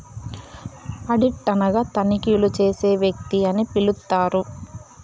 audit అనగా తనిఖీలు చేసే వ్యక్తి అని పిలుత్తారు